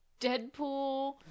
Deadpool